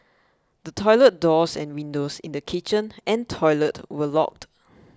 the toilet doors and windows in the kitchen and toilet were locked